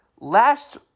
Last